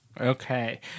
Okay